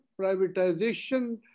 privatization